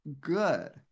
good